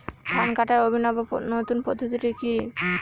ধান কাটার অভিনব নতুন পদ্ধতিটি কি?